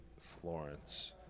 Florence